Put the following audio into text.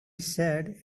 said